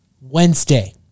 Wednesday